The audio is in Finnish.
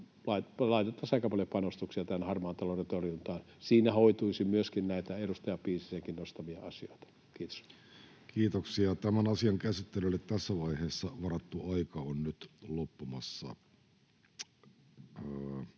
laitettaisiin aika paljon panostuksia tämän harmaan talouden torjuntaan. Siinä hoituisi myöskin näitä edustaja Piisisenkin nostamia asioita. — Kiitos. Kiitoksia. — Tämän asian käsittelylle tässä vaiheessa varattu aika on nyt loppumassa.